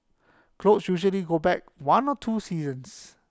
clothes usually go back one or two seasons